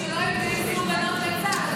שלא יתגייסו בנות לצה"ל,